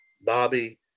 Bobby